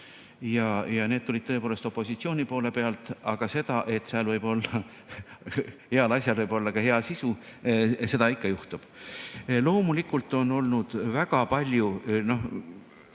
Need tulid tõepoolest opositsiooni poole pealt ja seda, et heal asjal võib olla ka hea sisu, seda ikka juhtub. Loomulikult on olnud väga palju